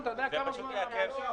אתה יודע כמה זמן הבקשה הזאת יושבת?